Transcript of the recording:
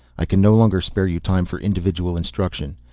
i can no longer spare you time for individual instruction.